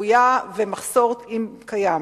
צפויה ומחסור, אם קיים.